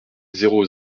zéro